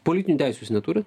politinių teisių jūs neturi